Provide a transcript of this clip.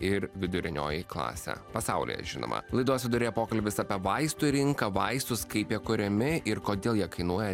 ir vidurinioji klasė pasaulyje žinoma laidos viduryje pokalbis apie vaistų rinką vaistus kaip jie kuriami ir kodėl jie kainuoja